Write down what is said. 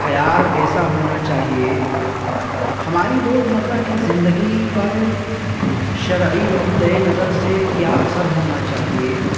خیال کیسا ہونا چاہیے ہماری روز مرہ کی زندگی پر شرعی نقطہ نظر سے کیا اثر ہونا چاہیے